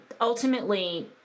Ultimately